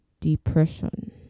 depression